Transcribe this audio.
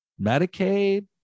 medicaid